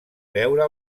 veure